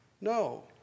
No